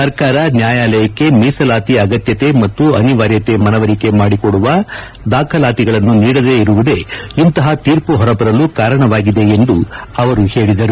ಸರ್ಕಾರ ನ್ವಾಯಾಲಯಕ್ಕೆ ಮೀಸಲಾತಿ ಅಗತ್ಯತೆ ಮತ್ತು ಅನಿವಾರ್ಯತೆ ಮನವರಿಕೆ ಮಾಡಿ ಕೊಡುವ ದಾಖಲಾತಿಗಳನ್ನು ನೀಡದೇ ಇರುವುದೇ ಇಂತಹ ತೀರ್ಮ ಹೊರ ಬರಲು ಕಾರಣವಾಗಿದೆ ಎಂದು ಅವರು ಹೇಳಿದರು